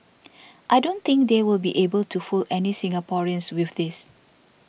I don't think they will be able to fool any Singaporeans with this